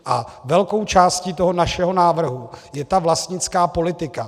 A velkou částí toho našeho návrhu je ta vlastnická politika.